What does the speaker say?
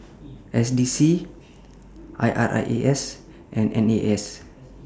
S D C I R A S and N A S